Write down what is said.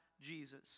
Jesus